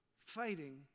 fighting